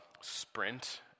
Sprint